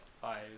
five